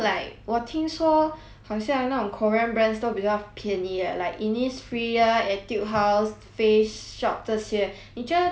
好像那种 korean brands 都比较便宜 eh like Innisfree ah Etude House Face Shop 这些你觉得他们的东西好吗